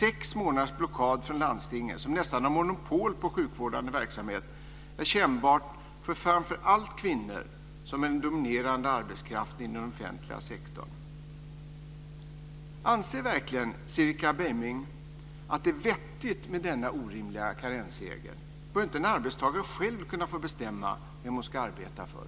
Sex månaders blockad från landstingen, som nästan har monopol på sjukvårdande verksamhet är kännbart för framför allt kvinnor, som är en dominerande arbetskraft inom den offentliga sektorn. Anser verkligen Cinnika Beiming att det är vettigt med denna orimliga karensregel? Bör inte en arbetstagare själv kunna få bestämma vem hon ska arbeta för?